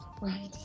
right